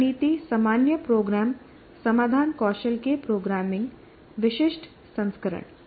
रणनीति सामान्य प्रोग्राम समाधान कौशल के प्रोग्रामिंग विशिष्ट संस्करण